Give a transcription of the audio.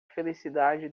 felicidade